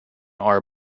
are